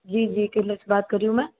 जी जी बात कर रही हूँ मैं